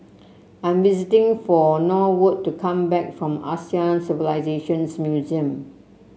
I'm for Norwood to come back from Asian Civilisations Museum